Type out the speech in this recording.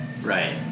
Right